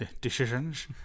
decisions